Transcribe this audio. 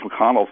McConnell